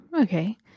okay